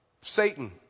Satan